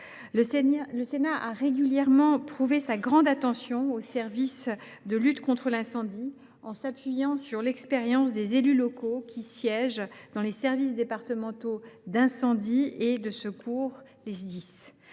Le Sénat a régulièrement prouvé sa grande attention aux services de lutte contre l’incendie, en s’appuyant sur l’expérience des élus locaux qui siègent dans les services départementaux d’incendie et de secours, les